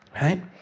Right